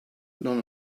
none